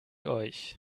euch